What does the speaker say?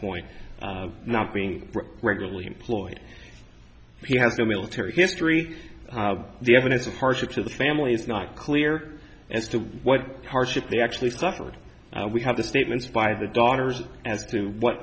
point not being regularly employed if you have the military history the evidence of hardship to the family it's not clear as to what hardship they actually suffered we have the statements by the daughters as to what